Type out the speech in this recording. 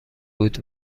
بود